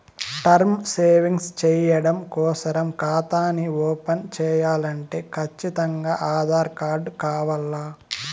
term savings చెయ్యడం కోసరం కాతాని ఓపన్ చేయాలంటే కచ్చితంగా ఆధార్ కార్డు కావాల్ల